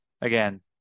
again